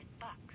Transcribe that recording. bucks